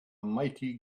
mighty